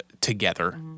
together